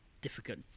difficult